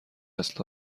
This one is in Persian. است